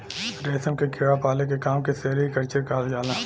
रेशम क कीड़ा पाले के काम के सेरीकल्चर कहल जाला